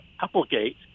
Applegate